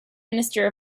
minister